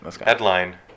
Headline